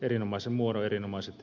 arvoisa puhemies